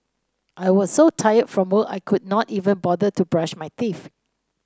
I was so tired from work I could not even bother to brush my teeth